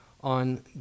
on